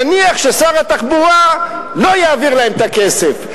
נניח ששר התחבורה לא יעביר להם את הכסף,